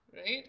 right